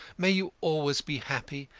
may you always be happy,